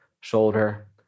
shoulder